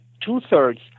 two-thirds